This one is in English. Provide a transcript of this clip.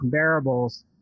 comparables